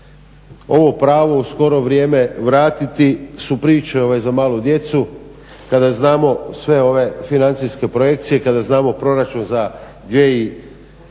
ovo pravo u skoro vrijeme vratiti su priče za malu djecu kada znamo sve ove financijske projekcije, kada znamo Proračun za 2014.